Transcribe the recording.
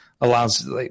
allows